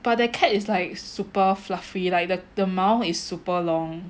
but the cat is like super fluffy like the the 毛 is super long